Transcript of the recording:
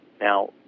Now